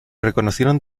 reconocieron